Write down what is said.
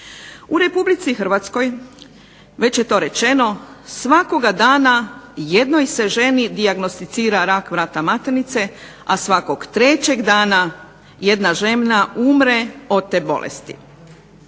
U Republici Hrvatskoj, već je to rečeno, svakoga dana jednoj se ženi dijagnosticira rak vrata maternice, a svakog trećeg dana jedna žena umre od te bolesti.